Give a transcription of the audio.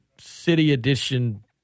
city-edition